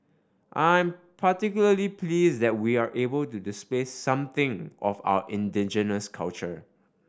I'm particularly pleased that we're able to display something of our indigenous culture